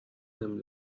نمی